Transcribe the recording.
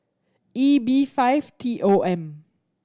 E B five T O M